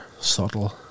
subtle